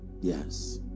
yes